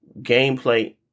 gameplay